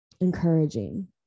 encouraging